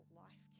life